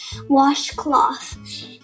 washcloth